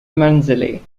منزلي